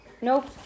nope